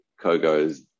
Kogo's